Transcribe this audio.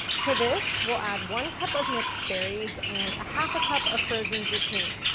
to this, we'll add one cup of mixed berries and a half a cup of frozen zucchini.